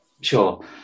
Sure